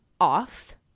off